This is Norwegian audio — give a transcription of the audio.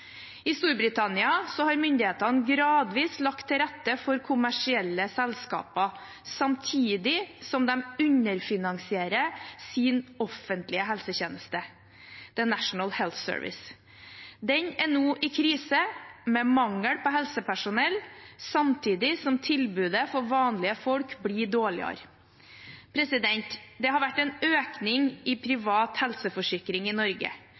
I Storbritannia har myndighetene gradvis lagt til rette for kommersielle selskaper, samtidig som de underfinansierer sin offentlige helsetjeneste, National Health Service. Den er nå i krise, med mangel på helsepersonell samtidig som tilbudet for vanlige folk blir dårligere. Det har vært en økning i bruken av privat helseforsikring i Norge.